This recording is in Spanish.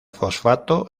fosfato